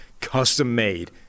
custom-made